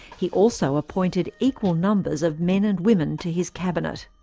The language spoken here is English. he also appointed equal numbers of men and women to his cabinet.